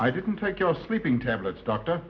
i didn't take your sleeping tablets doctor